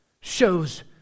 shows